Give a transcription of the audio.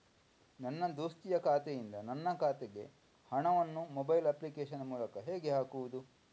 ನನ್ನ ದೋಸ್ತಿಯ ಖಾತೆಯಿಂದ ನನ್ನ ಖಾತೆಗೆ ಹಣವನ್ನು ಮೊಬೈಲ್ ಅಪ್ಲಿಕೇಶನ್ ಮೂಲಕ ಹೇಗೆ ಹಾಕುವುದು?